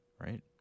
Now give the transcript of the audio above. right